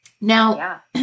Now